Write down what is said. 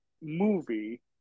movie